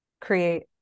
create